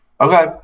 Okay